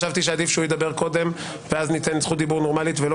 שעדיף שהוא ידבר קודם ואז ניתן זכות דיבור נורמלית ולא